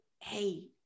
hey